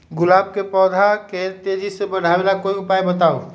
गुलाब के पौधा के तेजी से बढ़ावे ला कोई उपाये बताउ?